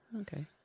Okay